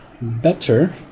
better